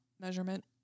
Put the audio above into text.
measurement